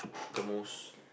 the most